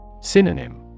Synonym